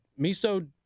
Miso